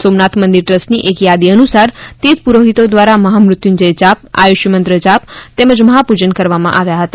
સોમનાથ મંદિર ટ્રસ્ટની એક યાદી અનુસાર તીર્થ પુરોહિતો દ્વારા મહામ્રુત્યુંજય જાપ આયુષ્યમંત્ર જાપ તેમજ મહાપૂજન કરવામાં આવી હતી